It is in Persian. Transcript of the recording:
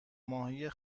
ماهی